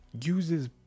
uses